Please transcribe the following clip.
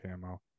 camo